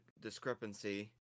discrepancy